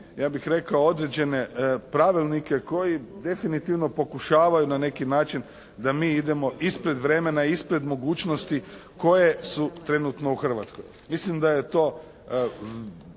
ja bih rekao, određene pravilnike koji definitivno pokušavaju na neki način da mi idemo ispred vremena i ispred mogućnosti koje su trenutno u Hrvatskoj. Mislim da je to